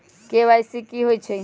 KYC कि होई छई?